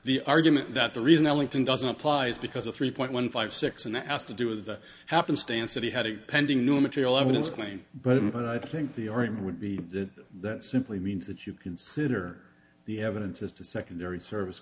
the argument that the reason ellington doesn't apply is because of three point one five six and asked to do with the happenstance that he had a pending new material evidence claim but and i think the argument would be that simply means that you consider the evidence as to secondary service